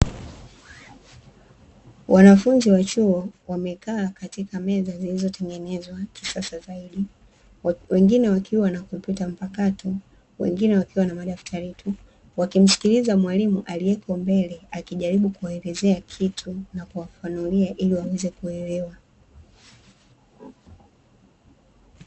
Wanafunzi wa chuo wamekaa katika meza zilizotengenezwa kisasa zaidi. Wengine wakiwa wanakompyuta makato, wengine wakiwa na madaktari tu. Wakimsikiliza mwalimu aliyeko mbele akijaribu kuwaelezea kitu. Hapa kunuliwe ili waweze kuelewa.